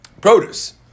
produce